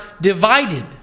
divided